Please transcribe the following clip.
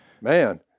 man